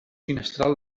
finestral